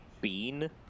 bean